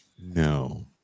No